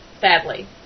Sadly